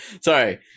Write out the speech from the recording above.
Sorry